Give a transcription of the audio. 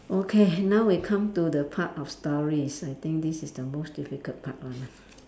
okay now we come to the part of story so I think this is the most difficult part one ah